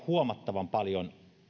huomattavan paljon